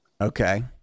okay